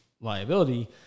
liability